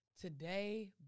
Today